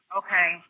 okay